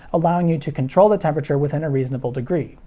allowing you to control the temperature within a reasonable degree.